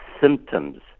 symptoms